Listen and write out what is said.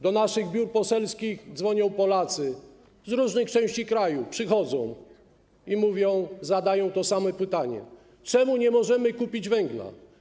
Do naszych biur poselskich dzwonią Polacy z różnych części kraju, przychodzą i mówią, zadają to samo pytanie: Czemu nie możemy kupić węgla?